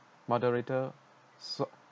moderator so~